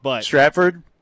Stratford